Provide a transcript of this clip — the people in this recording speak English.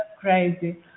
crazy